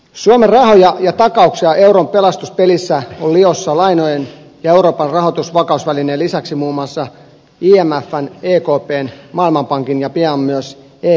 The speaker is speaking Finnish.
suomen rahoja ja takauksia euron pelastuspelissä on liossa lainojen ja euroopan rahoitus ja vakausvälineen lisäksi muun muassa imfn ekpn maailmanpankin ja pian myös evmn kautta